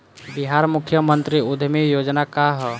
बिहार मुख्यमंत्री उद्यमी योजना का है?